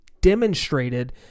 demonstrated